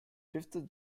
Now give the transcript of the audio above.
fifth